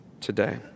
today